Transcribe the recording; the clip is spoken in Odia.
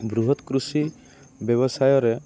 ବୃହତ୍ କୃଷି ବ୍ୟବସାୟରେ